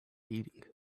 eating